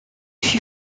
fut